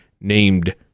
named